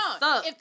No